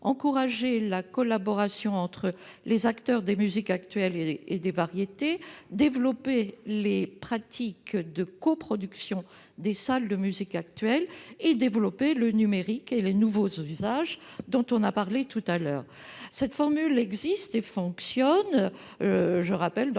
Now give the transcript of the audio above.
encourager la collaboration entre les acteurs des musiques actuelles et des variétés ; développer les pratiques de coproduction des salles de musiques actuelles ; développer le numérique et les nouveaux usages. Cette formule existe et fonctionne également